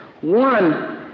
One